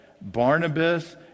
Barnabas